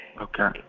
Okay